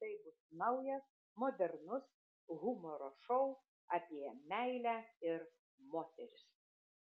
tai bus naujas modernus humoro šou apie meilę ir moteris